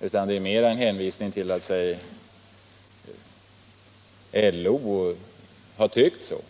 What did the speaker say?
och det mest med en hänvisning till att LO har tyckt så.